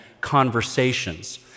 conversations